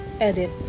edit